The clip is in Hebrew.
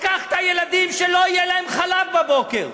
לקחת ילדים שלא יהיה להם חלב בבוקר.